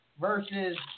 versus